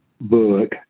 book